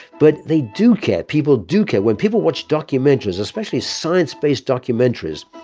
but they do care, people do care. when people watch documentaries, especially science-based documentaries,